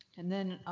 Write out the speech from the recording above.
and then.